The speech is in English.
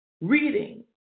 reading